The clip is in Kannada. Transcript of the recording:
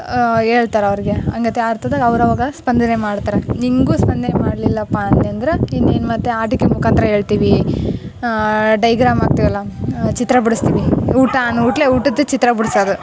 ಹೇಳ್ತಾರೆ ಅವ್ರಿಗೆ ಹಂಗತೆ ಆ ಅರ್ಥದಾಗ ಅವ್ರು ಅವಾಗ ಸ್ಪಂದನೆ ಮಾಡ್ತಾರೆ ನಿಂಗೂ ಸ್ಪಂದನೆ ಮಾಡಲಿಲ್ಲಪ್ಪ ಅನ್ನಿ ಅಂದ್ರ ಇನ್ನೇನು ಮತ್ತೆ ಆಟಿಕೆ ಮುಖಾಂತರ ಹೇಳ್ತೀವಿ ಡಯ್ಗ್ರಾಮ್ ಹಾಕ್ತೀವಲ್ಲ ಚಿತ್ರ ಬಿಡಿಸ್ತೀವಿ ಊಟವೂ ಉಟ್ಲೆ ಊಟದ್ದು ಚಿತ್ರ ಬಿಡ್ಸೋದು